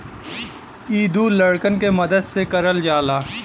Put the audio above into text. इ दू लड़कन के मदद से करल जाला